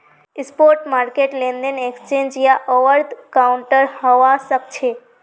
spot market लेनदेन exchange या over the counter हवा सक्छे